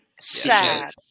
Sad